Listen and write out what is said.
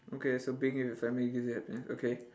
okay so being with the family gives you happiness okay